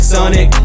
Sonic